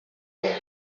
the